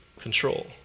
control